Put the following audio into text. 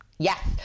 Yes